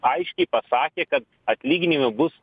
aiškiai pasakė kad atlyginimai bus